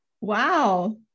Wow